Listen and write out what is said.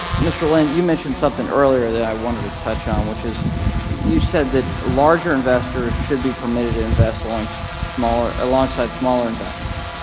ah mr. lynn, you mentioned something earlier that i wanted to touch on, which is you said that larger investors should be permitted to invest alongside smaller alongside smaller investors.